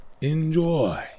enjoy